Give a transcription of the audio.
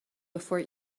before